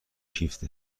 شیفت